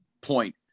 point